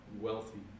wealthy